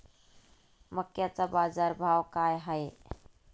मक्याचा बाजारभाव काय हाय?